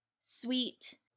sweet